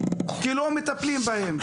כי לא מטפלים בהם.